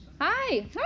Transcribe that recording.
Hi